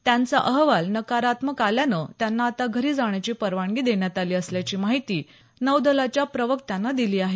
त्यांचा अहवाल नकारात्मक आल्यानं त्यांना आता घरी जाण्याची परवानगी देण्यात आली असल्याची माहिती नौदलाच्या प्रवक्त्यानं दिली आहे